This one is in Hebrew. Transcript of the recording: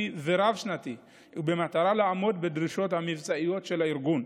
ורב-שנתי ובמטרה לעמוד בדרישות המבצעיות של הארגון,